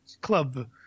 Club